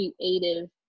creative